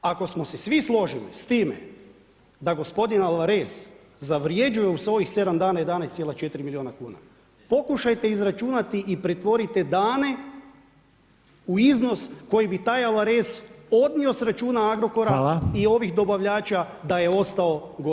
Ako smo se svi složili s time da gospodin Alvarez zavrjeđuje u svojih 7 dana 11,4 milijuna kn, pokušajte izračunati i pretvorite dane u iznos koji bi taj Alvarez odnio s računa Agrokora i ovih dobavljača da je ostao godinu dana.